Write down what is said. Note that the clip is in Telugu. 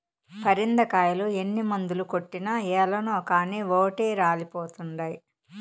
పరింద కాయలు ఎన్ని మందులు కొట్టినా ఏలనో కానీ ఓటే రాలిపోతండాయి